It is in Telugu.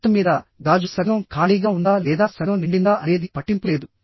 మొత్తం మీద గాజు సగం ఖాళీగా ఉందా లేదా సగం నిండిందా అనేది పట్టింపు లేదు